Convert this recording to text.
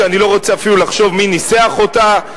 שאני לא רוצה אפילו לחשוב מי ניסח אותה,